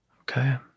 Okay